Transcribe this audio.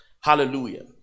Hallelujah